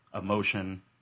emotion